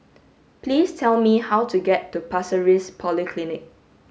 please tell me how to get to Pasir Ris Polyclinic